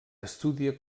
estudia